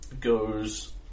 goes